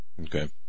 Okay